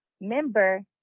member